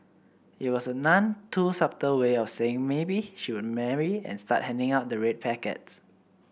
it was a none too subtle way of saying maybe she would marry and start handing out the red packets